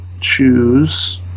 choose